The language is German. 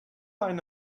eine